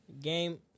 Game